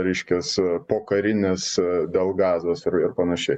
reiškias pokarinis dėl gazos ir ir panašiai